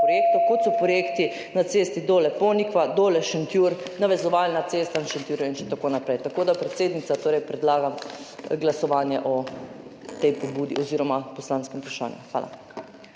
projektov, kot so projekti na cesti Dole–Ponikva, Dole–Šentjur, navezovalna cesta na Šentjurju in tako naprej. Predsednica, torej predlagam glasovanje o tej pobudi oziroma poslanskem vprašanju. Hvala.